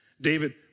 David